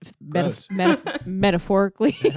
metaphorically